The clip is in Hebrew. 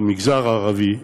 מהמגזר הערבי,